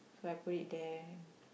so I put it there